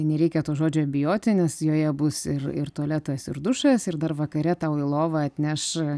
nereikia to žodžio bijoti nes joje bus ir ir tualetas ir dušas ir dar vakare tau į lovą atneš